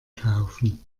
kaufen